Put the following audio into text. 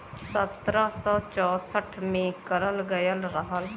सत्रह सौ चौंसठ में करल गयल रहल